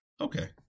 Okay